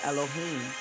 Elohim